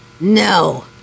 No